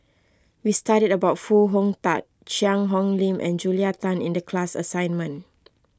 we studied about Foo Hong Tatt Cheang Hong Lim and Julia Tan in the class assignment